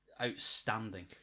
outstanding